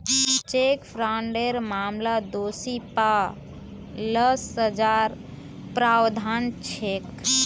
cheque फ्रॉडेर मामलात दोषी पा ल सजार प्रावधान छेक